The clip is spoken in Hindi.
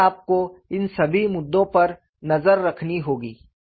इसलिए आपको इन सभी मुद्दों पर नजर रखनी होगी